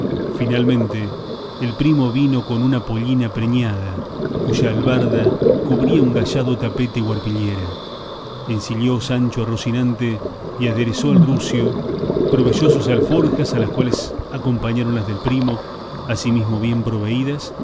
finalmente el primo vino con una pollina preñada cuya albarda cubría un gayado tapete o arpillera ensilló sancho a rocinante y aderezó al rucio proveyó sus alforjas a las cuales acompañaron las del primo asimismo bien proveídas